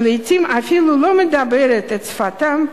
שלעתים אפילו לא מדברת את שפתם,